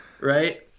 right